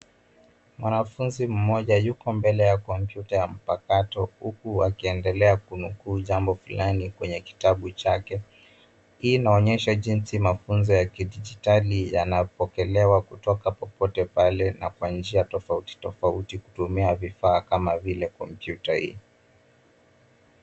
Mwanafunzi mmoja yuko mbele ya kompyuta ya mpakato huku akiendelea kunukuu jambo fulani kwenye kitabu chake. Hii inaonyesha jinsi mafunzo ya kidijitali yanapokelewa kutoka popote pale na kwa njia tofauti tofauti kutumia vifaa kama vile kompyuta hii.